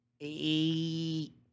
eight